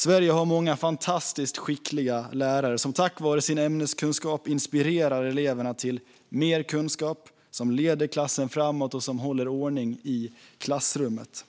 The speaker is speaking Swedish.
Sverige har många fantastiskt skickliga lärare som tack vare sin ämneskunskap inspirerar eleverna till mer kunskap, som leder klassen framåt och som håller ordning i klassrummet.